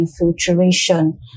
infiltration